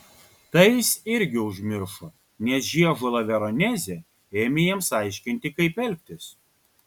tai jis irgi užmiršo nes žiežula veronezė ėmė jiems aiškinti kaip elgtis